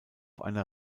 einer